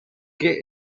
qué